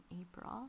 April